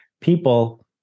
people